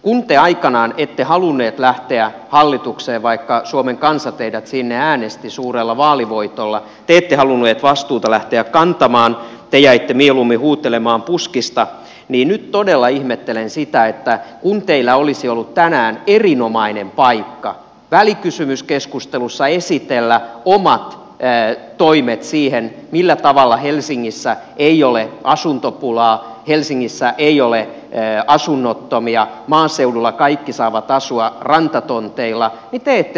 kun te aikanaan ette halunneet lähteä hallitukseen vaikka suomen kansa teidät sinne äänesti suurella vaalivoitolla te ette halunneet vastuuta lähteä kantamaan te jäitte mieluummin huutelemaan puskista niin nyt todella ihmettelen sitä että kun teillä olisi ollut tänään erinomainen paikka välikysymyskeskustelussa esitellä omat toimenne siihen millä tavalla helsingissä ei ole asuntopulaa helsingissä ei ole asunnottomia maaseudulla kaikki saavat asua rantatonteilla niin te ette sitä tee